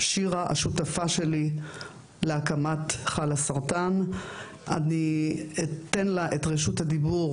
שירה היא השותפה שלי להקמת ׳חלאסרטן׳ ואני אתן לה את רשות הדיבור,